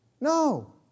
No